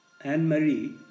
anne-marie